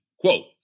Quote